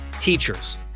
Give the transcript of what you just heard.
teachers